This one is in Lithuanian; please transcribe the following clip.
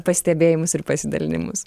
pastebėjimus ir pasidalinimus